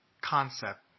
concept